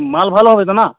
মাল ভালো হবে তো না